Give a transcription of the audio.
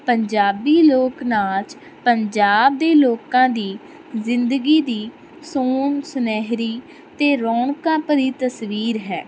ਪੰਜਾਬੀ ਲੋਕ ਨਾਚ ਪੰਜਾਬ ਦੇ ਲੋਕਾਂ ਦੀ ਜ਼ਿੰਦਗੀ ਦੀ ਸੋਮ ਸੁਨਹਿਰੀ ਅਤੇ ਰੌਣਕਾਂ ਭਰੀ ਤਸਵੀਰ ਹੈ